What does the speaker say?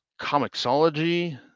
comicsology